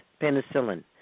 penicillin